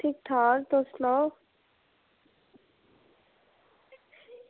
ठीक ठाक तुस सनाओ